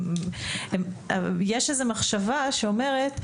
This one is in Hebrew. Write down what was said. יש איזה מחשבה שאומרת,